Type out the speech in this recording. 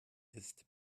ist